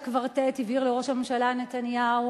אחרי שהקוורטט הבהיר לראש הממשלה נתניהו